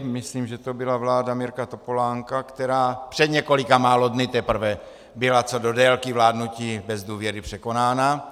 Myslím, že to byla vláda Mirka Topolánka, která před několika málo dny teprve byla co do délky vládnutí bez důvěry překonána.